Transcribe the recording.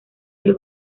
del